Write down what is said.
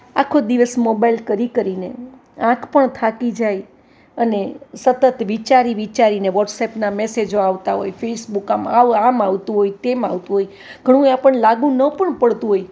આખો દિવસ મોબાઈલ કરી કરીને આંખ પણ થાકી જાય અને સતત વિચારી વિચારીને વોટ્સેપના મેસેજો આવતા હોય ફેસબુક આમાં આવો આમ આવતું હોય તેમ આવતું હોય ઘણુંય આપણને લાગુ ન પણ પડતું હોય